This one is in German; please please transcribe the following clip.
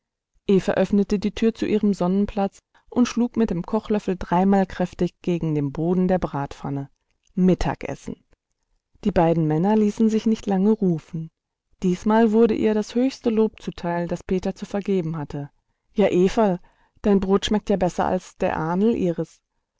öffnete die tür zu ihrem sonnenplatz und schlug mit dem kochlöffel dreimal kräftig gegen den boden der bratpfanne mittagessen die beiden männer ließen sich nicht lange rufen diesmal wurde ihr das höchste lob zuteil das peter zu vergeben hatte ja everl dein brot schmeckt ja besser als der ahnl ihres